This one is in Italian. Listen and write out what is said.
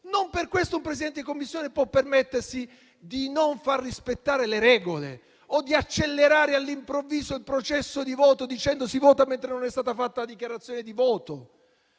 non per questo un Presidente di Commissione può permettersi di non far rispettare le regole o di accelerare all'improvviso il processo di voto, stabilendo che si vota mentre non è stata fatta la dichiarazione di voto.